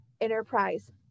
enterprise